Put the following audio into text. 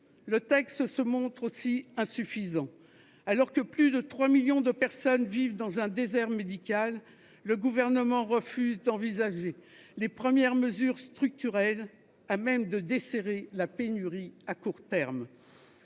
le texte se montre aussi insuffisant : alors que plus de 3 millions de personnes vivent dans un désert médical, le Gouvernement refuse d'envisager les premières mesures structurelles à même de desserrer la pénurie à court terme.